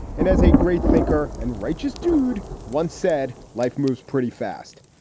and as a great thinker and righteous dude once said, life moves pretty fast.